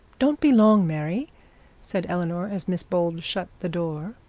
don't be long, mary said eleanor, as miss bold shut the door.